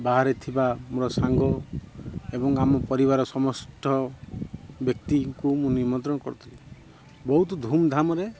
ବାହାରେ ଥିବା ମୋର ସାଙ୍ଗ ଏବଂ ଆମ ପରିବାର ସମସ୍ତ ବ୍ୟକ୍ତିଙ୍କୁ ମୁଁ ନିମନ୍ତ୍ରଣ କରିଥିଲି ବହୁତ୍ ଧୂମଧାମ୍ରେ